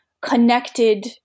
connected